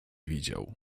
widział